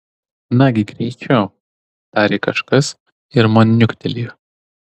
nagi greičiau tarė kažkas ir man niuktelėjo